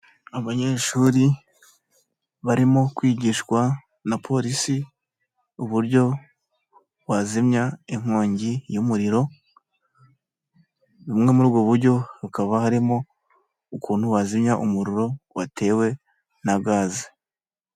Abanyeshuri barimo kwigishwa na polisi uburyo wazimya inkongi y'umuriro, bumwe muri ubwo buryo hakaba harimo ukuntu wazimya umururiro watewe na gaze,